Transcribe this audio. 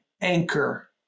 anchor